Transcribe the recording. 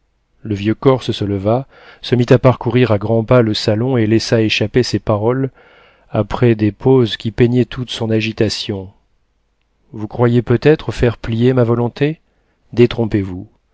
le vieux corse se leva se mit à parcourir à grands pas le salon et laissa échapper ces paroles après des pauses qui peignaient toute son agitation vous croyez peut-être faire plier ma volonté détrompez-vous